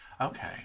Okay